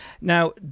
Now